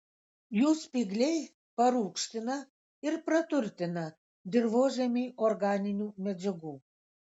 jų spygliai parūgština ir praturtina dirvožemį organinių medžiagų